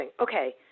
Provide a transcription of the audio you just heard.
Okay